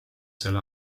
sel